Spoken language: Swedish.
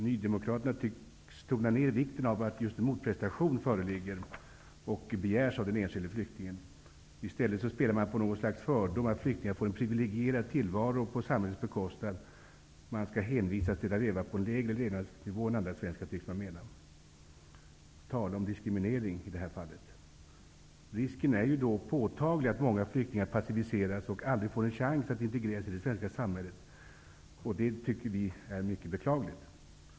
Nydemokraterna tycks tona ner vikten av att just en motprestation föreligger och begärs av den enskilde flyktingen. I stället spelar man på något slags fördom att flyktingar får en priviligerad tillvaro på samhällets bekostnad. De skall hänvisas till att leva på en lägre levnadsnivå än vad andra svenska gör, tycks man mena. Tala om diskriminering i det här fallet! Risken är ju då påtaglig att många flyktingar passiviseras och aldrig får en chans att integreras i det svenska samhället. Det tycker vi är mycket beklagligt.